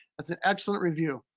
that's an excellent review.